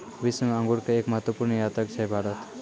विश्व मॅ अंगूर के एक महत्वपूर्ण निर्यातक छै भारत